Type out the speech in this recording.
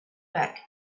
back